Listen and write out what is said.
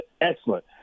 Excellent